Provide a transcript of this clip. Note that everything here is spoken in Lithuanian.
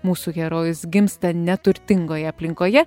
mūsų herojus gimsta neturtingoje aplinkoje